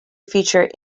feature